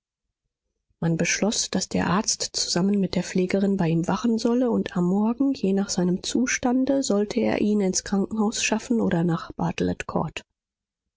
man beschloß daß der arzt zusammen mit der pflegerin bei ihm wachen solle und am morgen je nach seinem zustande sollte er ihn ins krankenhaus schaffen oder nach